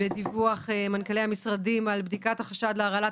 בדיווח מנכ"לי המשרדים על בדיקת החשד להרעלת